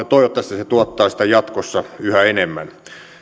toivottavasti se tuottaa sitä jatkossa yhä enemmän